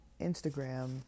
Instagram